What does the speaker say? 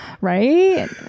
Right